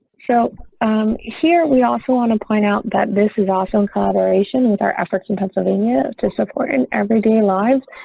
so here we also want to point out that this is also in collaboration and our efforts in pennsylvania to support an everyday lives.